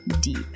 deep